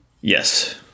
Yes